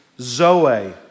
zoe